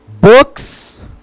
books